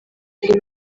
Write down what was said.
batari